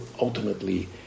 ultimately